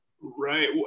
Right